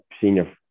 senior